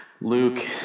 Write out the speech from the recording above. Luke